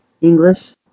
English